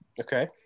Okay